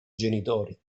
genitori